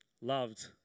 loved